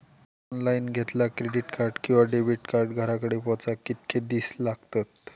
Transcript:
Online घेतला credit card किंवा debit card घराकडे पोचाक कितके दिस लागतत?